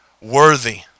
worthy